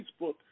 Facebook